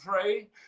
pray